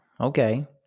okay